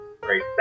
Great